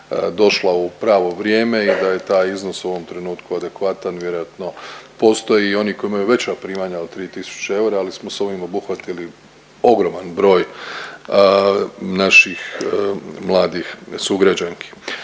došla u pravo vrijeme i da je taj iznos u ovom trenutku adekvatno vjerojatno postoji i oni koji imaju veća primanja od 3000 eura, ali smo sa ovime obuhvatili ogroman broj naših mladih sugrađanki.